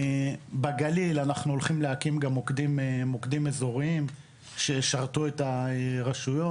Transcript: בגליל אנחנו הולכים להקים גם מוקדים אזוריים שישרתו את הרשויות.